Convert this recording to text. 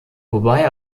wobei